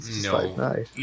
No